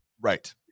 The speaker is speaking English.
Right